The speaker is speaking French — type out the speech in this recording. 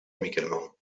amicalement